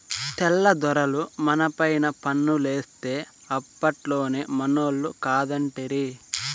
తెల్ల దొరలు మనపైన పన్నులేత్తే అప్పట్లోనే మనోళ్లు కాదంటిరి